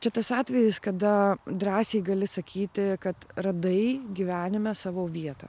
čia tas atvejis kada drąsiai gali sakyti kad radai gyvenime savo vietą